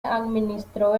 administró